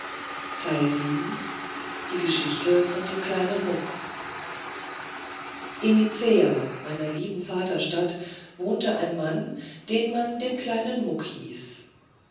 die geschichte von dem kleinen muck in nicea meiner lieben vaterstadt wohnte ein mann den man den kleinen muck hieß